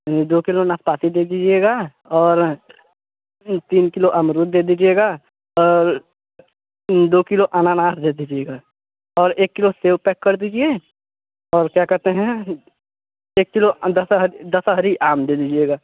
दो किलो नाशपाती दे दीजिएगा और तीन किलो अमरूद दे दीजिएगा और दो किलो अनानास दे दीजिएगा और एक किलो सेब पैक कर दीजिए और क्या कहते हैं एक किलो दशहरी दशहरी आम दे दीजिएगा